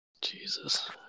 Jesus